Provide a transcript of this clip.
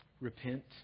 repent